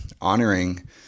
honoring